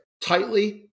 tightly